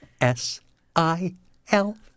S-I-L